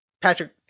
Patrick